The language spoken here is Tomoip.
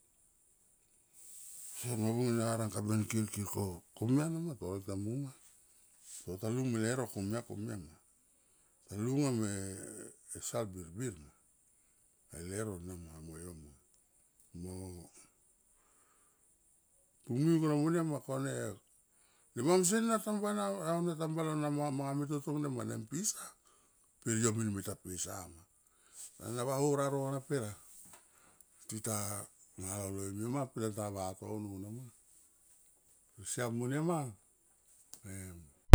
psie ne vi na ra ran kirkir ko komia nama torek tamung ma tota lung mo leuro komia, komia ma talu ngame sal birbir ma a leuro na ma amo yo ma, mo tunu va monia ma kone. Na mamsie na tabana na ane tambana na manga manga to tong nema nang pisa pe yo min mita pisa sene vaho raro na per a tita malolo im yo ma pe ta tanga vatono na ma pe siam monia ma em.